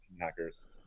hackers